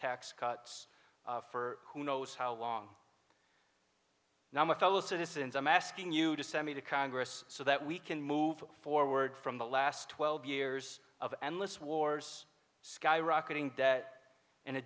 tax cuts for who knows how long now my fellow citizens i'm asking you to send me to congress so that we can move forward from the last twelve years of endless wars skyrocketing debt and